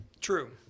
True